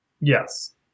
Yes